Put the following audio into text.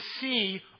see